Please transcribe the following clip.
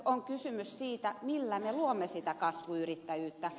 on kysymys siitä millä me luomme sitä kasvuyrittäjyyttä